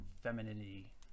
femininity